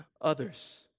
others